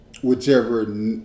whichever